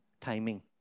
timing